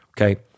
okay